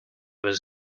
was